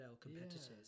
competitors